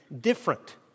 different